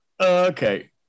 Okay